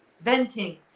venting